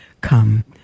come